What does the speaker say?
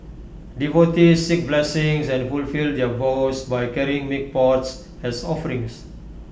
devotees seek blessings and fulfil their vows by carrying milk pots as offerings